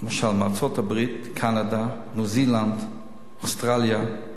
למשל בארצות-הברית, קנדה, ניו-זילנד, אוסטרליה,